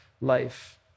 life